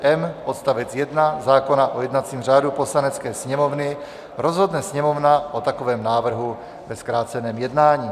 Podle § 109m odst. 1 zákona o jednacím řádu Poslanecké sněmovny rozhodne Sněmovna o takovém návrhu ve zkráceném jednání.